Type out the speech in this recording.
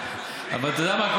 אבל אתה יודע מה?